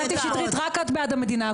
קטי שטרית, רק את בעד המדינה.